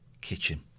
kitchen